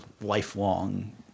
lifelong